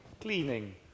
cleaning